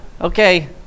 okay